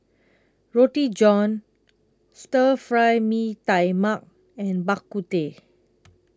Roti John Stir Fry Mee Tai Mak and Bak Kut Teh